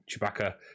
Chewbacca